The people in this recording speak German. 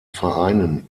vereinen